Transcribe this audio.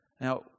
Now